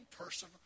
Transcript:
person